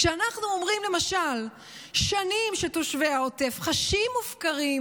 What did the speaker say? כשאנחנו אומרים למשל ששנים תושבי העוטף חשים מופקרים,